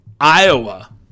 Iowa